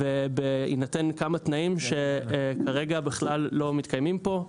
ובהינתן כמה תנאים שכרגע בכלל לא מתקיימים פה,